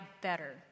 better